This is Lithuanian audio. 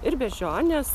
ir beždžionės